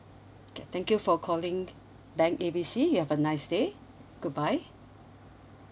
okay thank you for calling bank A B C you have a nice day goodbye